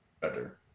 better